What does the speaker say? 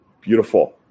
Beautiful